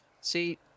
See